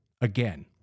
Again